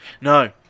No